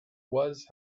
was